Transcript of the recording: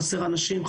חסרים אנשים,